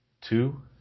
Two